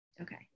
Okay